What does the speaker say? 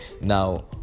Now